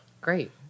Great